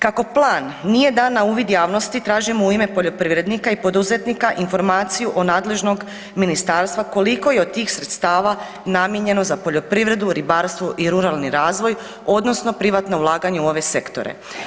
Kako plan nije dan na uvid javnosti tražimo u ime poljoprivrednika i poduzetnika informaciju od nadležnog ministarstva koliko je od tih sredstava namijenjeno za poljoprivredu, ribarstvo i ruralni razvoj odnosno privatno ulaganje u ove sektore.